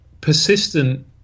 persistent